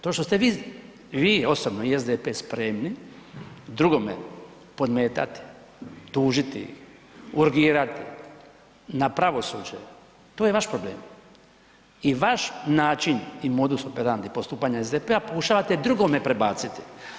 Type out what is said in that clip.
To što se vi, vi osobno i SDP spremni drugome podmetati, tužiti, urgirati na pravosuđe, to je vaš problem i vaš način i modus operandi postupanja SDP-a pokušavate drugome prebaciti.